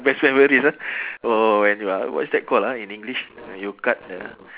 best memories ah oh when what ah what is that call ah in english uh you cut the